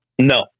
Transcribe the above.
no